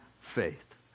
faith